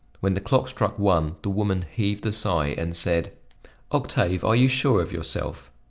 when the clock struck one, the woman heaved a sigh and said octave, are you sure of yourself?